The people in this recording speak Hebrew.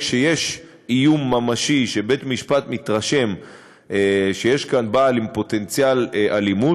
כשיש איום ממשי ובית-המשפט מתרשם שיש כאן בעל עם פוטנציאל אלימות,